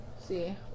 See